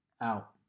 out